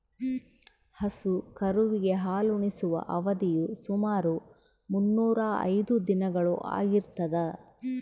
ಹಸು ಕರುವಿಗೆ ಹಾಲುಣಿಸುವ ಅವಧಿಯು ಸುಮಾರು ಮುನ್ನೂರಾ ಐದು ದಿನಗಳು ಆಗಿರ್ತದ